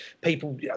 people